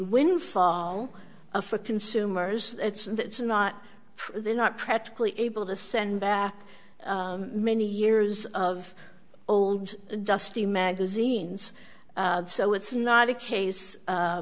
windfall for consumers and it's not they're not practically able to send back many years of old dusty magazines so it's not a case